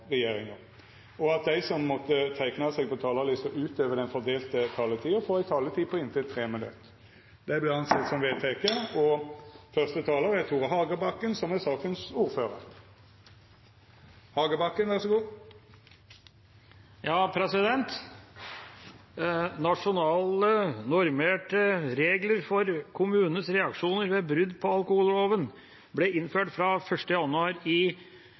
regjeringa, og at dei som måtte teikna seg på talarlista utover den fordelte taletida, får ei taletid på inntil 3 minutt. – Det er vedteke. Nasjonale, normerte regler for kommunenes reaksjoner ved brudd på alkoholloven ble innført fra 1. januar 2015 etter behandling i